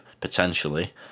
potentially